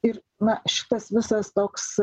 ir na šitas visas toks